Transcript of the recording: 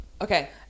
Okay